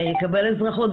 יקבל אזרחות,